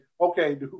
okay